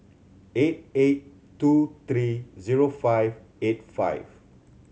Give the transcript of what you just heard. eight eight two three zero five eight five